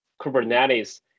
Kubernetes